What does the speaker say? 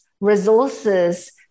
resources